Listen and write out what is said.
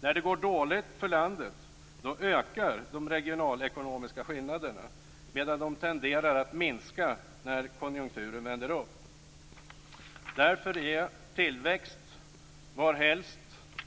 När det går dåligt för landet ökar de regionalekonomiska skillnaderna, medan de tenderar att minska när konjunkturen vänder upp. Därför är tillväxt, varhelst